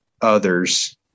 others